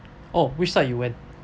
oh which side you went